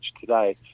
today